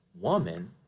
woman